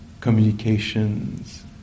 communications